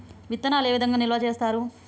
విత్తనాలు ఏ విధంగా నిల్వ చేస్తారు?